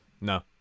No